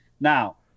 Now